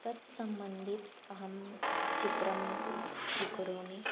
तत् सम्बन्धितम् अहं चित्रं स्वीकरोमि